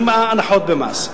עם הנחות במס.